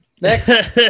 next